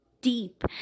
deep